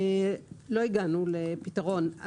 לא הגענו לפתרון.